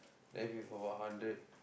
left with about hundred